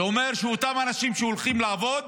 זה אומר שאותם אנשים שהולכים לעבוד,